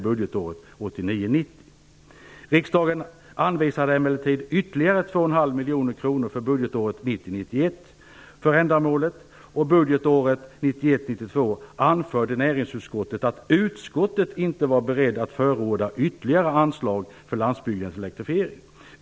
1991/92 anförde näringsutskottet att utskottet inte var berett att förorda ytterligare anslag för landsbygdens elektrifiering.